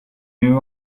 new